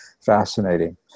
fascinating